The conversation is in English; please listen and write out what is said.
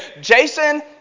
Jason